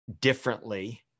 differently